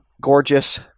gorgeous